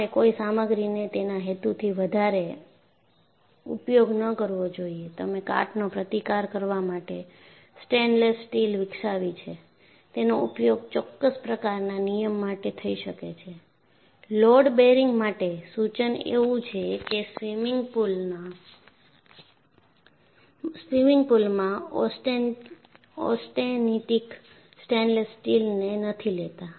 તમારે કોઈ સામગ્રીને તેના હેતુથી વધારે ઉપયોગ ન કરવો જોઈએ તમે કાટનો પ્રતિકાર કરવા માટે સ્ટેનલેસ સ્ટીલ વિકસાવી છે તેનો ઉપયોગ ચોક્કસ પ્રકારના નિયમ માટે થઈ શકે છે લોડ બેરિંગ માટે સૂચન એવું છે કે સ્વિમિંગ પૂલમાં ઓસ્ટેનિટિક સ્ટેનલેસ સ્ટીલને નથી લેતા